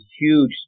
huge